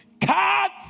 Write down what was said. cut